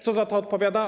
Co za to odpowiada?